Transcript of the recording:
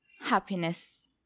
happiness